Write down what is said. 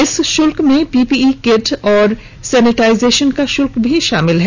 इस शुल्क में पीपीई किट और सैनिटाइजेशन का शुल्क भी शामिल है